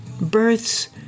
births